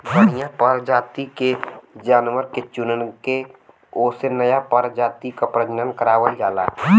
बढ़िया परजाति के जानवर के चुनके ओसे नया परजाति क प्रजनन करवावल जाला